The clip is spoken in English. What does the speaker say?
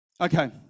Okay